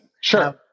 sure